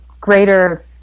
greater